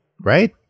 right